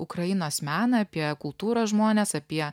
ukrainos meną apie kultūros žmones apie